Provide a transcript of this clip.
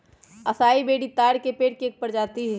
असाई बेरी ताड़ के पेड़ के एक प्रजाति हई